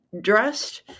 dressed